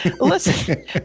listen